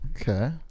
Okay